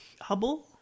Hubble